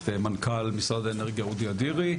את מנכ"ל משרד האנרגיה אודי אדירי.